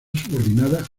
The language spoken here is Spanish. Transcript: subordinada